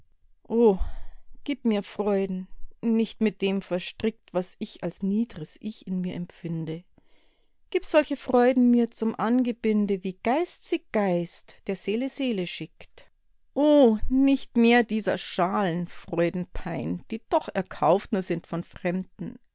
gib mir freuden nicht mit dem verstrickt was ich als niedres ich in mir empfinde gib solche freuden mir zum angebinde wie geist sie geist der seele seele schickt o nicht mehr dieser schalen freuden pein die doch erkauft nur sind von fremden leiden